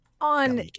On